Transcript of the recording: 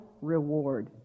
Reward